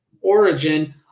origin